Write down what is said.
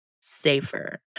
safer